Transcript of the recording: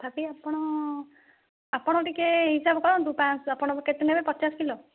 ତଥାପି ଆପଣ ଆପଣ ଟିକେ ହିସାବ କରନ୍ତୁ ତା ଆପଣ କେତେ ନେବେ ପଚାଶ କିଲୋ